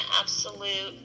absolute